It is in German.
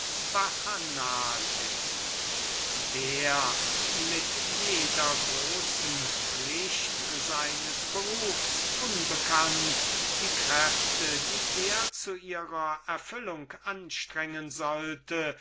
bacchanal ist der keine von den großen pflichten seines berufs kennt und die kräfte die er zu ihrer erfüllung anstrengen sollte